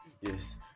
Yes